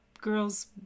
girls